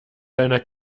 deiner